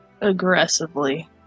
aggressively